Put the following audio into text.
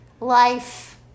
life